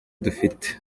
dufite